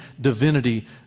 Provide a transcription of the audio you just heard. divinity